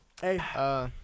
Hey